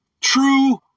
True